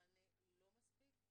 מענה לא מספיק.